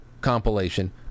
compilation